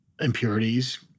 impurities